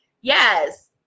Yes